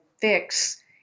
fix